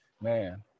Man